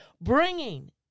bringing